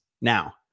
Now